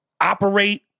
operate